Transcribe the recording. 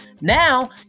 Now